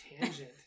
tangent